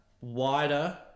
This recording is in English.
wider